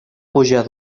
pujar